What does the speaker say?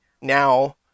now